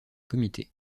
comités